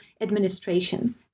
administration